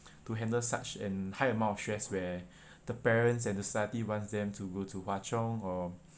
to handle such an high amount of stress where the parents and the society wants them to go to hwa chong or